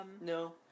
No